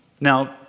Now